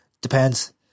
depends